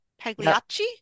Pagliacci